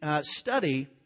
study